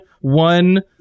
one